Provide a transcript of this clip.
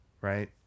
right